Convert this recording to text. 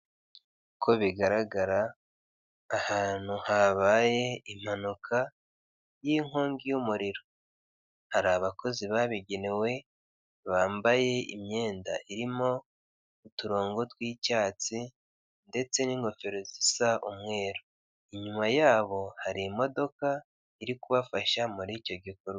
Uko bigaragara ahantu habaye impanuka y'inkongi y'umuriro. Hari abakozi babigenewe bambaye imyenda irimo uturongo tw'icyatsi, ndetse n'ingofero zisa umweru. Inyuma yabo hari imodoka iri kubafasha mur'icyo gikorwa.